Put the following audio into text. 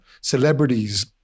celebrities